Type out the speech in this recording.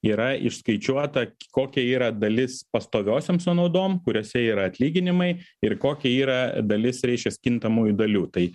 yra išskaičiuota kokia yra dalis pastoviosioms sąnaudom kuriose yra atlyginimai ir kokia yra dalis reiškias kintamųjų dalių tai